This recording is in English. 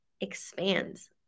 expands